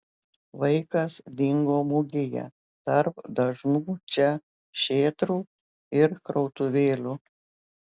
vaikas dingo mugėje tarp dažnų čia šėtrų ir krautuvėlių